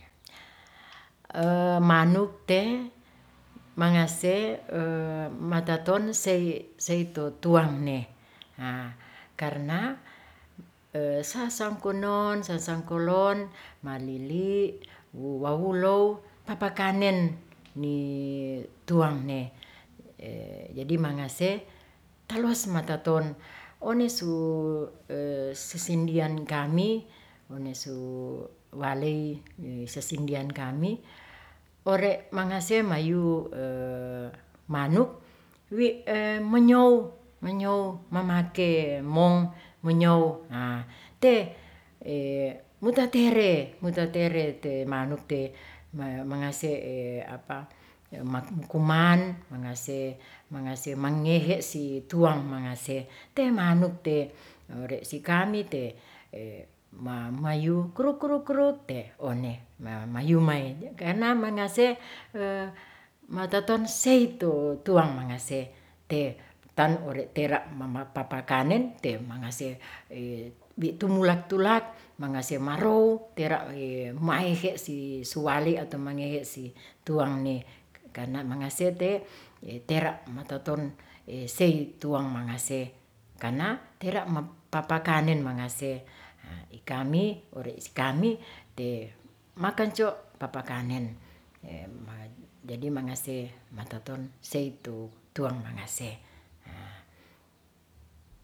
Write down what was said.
manuk te mangase mataton sei sei tu tuangne karna, sasangkunnon sasangkolon malili' wawulow papakanen ni tuangne. jadi mangase, taluas mataton onesu sisindian kami onesu waley sesindian kami, ore' mangase mayu manuk menyow menyow mamake mong menyow. te wutatere wutatere te manuk te mangase kuman mangase mangase mengehe si tuang mangase te manuk te ore' si kami te ma mayu kruk kruk kruk one ma mayu mae dekana mangase, mataton sei tu tuang mangase te tan ure' era papakanen te mangase bitumulat tulat mangase marow era maeke si suwalew ato mangehe si tuangne kana mangese te tera mataton sei tuang mangasey kana tera' papakanen mangasey. kami ore' si kami te makangco papakanen. jadi mangase mataton sei tu tuang mangase.